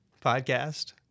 podcast